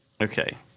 Okay